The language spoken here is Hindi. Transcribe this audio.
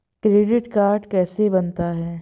क्रेडिट कार्ड कैसे बनता है?